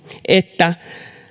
että